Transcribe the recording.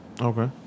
Okay